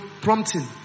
prompting